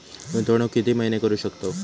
गुंतवणूक किती महिने करू शकतव?